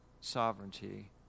sovereignty